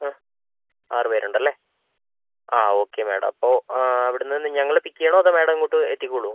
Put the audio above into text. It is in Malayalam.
ആ ആറ് പേരുണ്ടല്ലേ ആ ഓക്കെ മാഡം അപ്പോൾ ഇവിടുന്ന് ഞങ്ങൾ പിക്ക് ചെയ്യണോ അതോ മാഡം ഇങ്ങോട്ട് എത്തിക്കോളുമോ